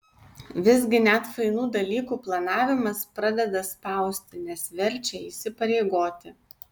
visgi net fainų dalykų planavimas pradeda spausti nes verčia įsipareigoti